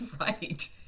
right